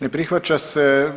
Ne prihvaća se.